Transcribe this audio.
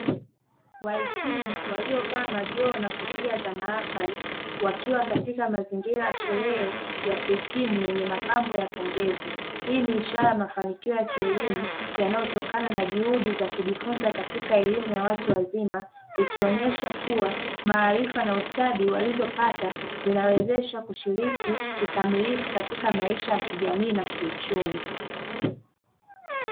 Wahitimu waliovaa majoho na kofia za mahafari, wakiwa katika mazingira ya sherehe ya kuhitimu yenye mapambo ya pongezi. Hii ni ishara ya mafanikio ya kielimu yanayotokana na juhudi za kujifunza katika elimu ya watu wazima, ikionyesha kuwa maarifa na ustadi walizopata zinawezesha kushiriki kikamilifu katika maisha ya kijamii na kiuchumi.